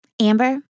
Amber